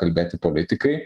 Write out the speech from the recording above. kalbėti politikai